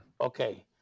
Okay